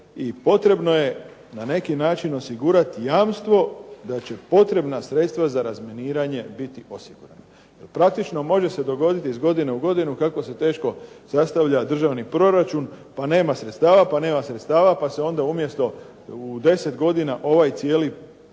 i potrebno je na neki način osigurati jamstvo da će potrebna sredstva za razminiranje biti osigurana. Praktično može se dogoditi iz godine u godinu kako se teško sastavlja državni proračun, pa nema sredstava, pa nema sredstava pa se onda umjesto u 10 godina ovaj cijeli program